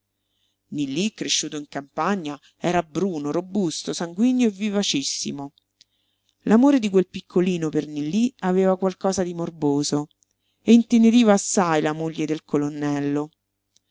timidezza nillí cresciuto in campagna era bruno robusto sanguigno e vivacissimo l'amore di quel piccolino per nillí aveva qualcosa di morboso e inteneriva assai la moglie del colonnello